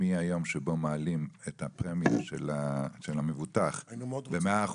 מהיום שבו מעלים את הפרמיה של המבוטח ב-100%,